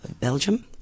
Belgium